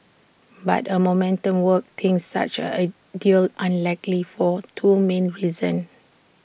but A momentum works thinks such A deal unlikely for two main reasons